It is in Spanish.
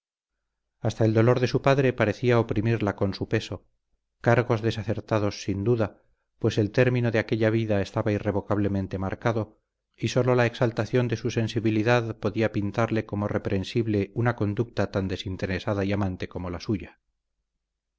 hasta el dolor de su padre parecía oprimirla con su peso cargos desacertados sin duda pues el término de aquella vida estaba irrevocablemente marcado y sólo la exaltación de su sensibilidad podía pintarle como reprensible una conducta tan desinteresada y amante como la suya